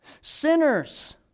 sinners